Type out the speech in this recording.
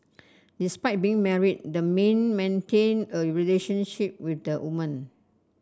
despite being married the man maintained a relationship with the woman